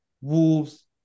Wolves